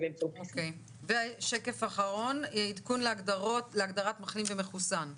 השקף האחרון, עדכון להגדלת מחלים ומחוסן.